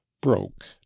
broke